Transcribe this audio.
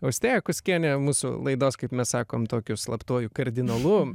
austėja kuskienė mūsų laidos kaip mes sakom tokiu slaptuoju kardinolu